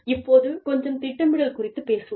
இப்போது கொஞ்சம் திட்டமிடல் குறித்து பேசுவோம்